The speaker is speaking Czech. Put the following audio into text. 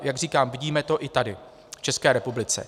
Jak říkám, ale vidíme i to i tady v České republice.